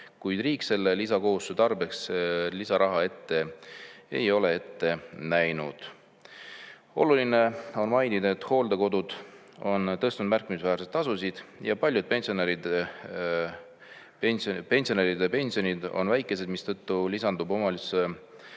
kuid riik selle lisakohustuse tarbeks lisaraha ei ole ette näinud. Oluline on mainida, et hooldekodud on tasusid märkimisväärselt tõstnud. Paljude pensionäride pensionid on aga väikesed, mistõttu lisandub omavalitsuse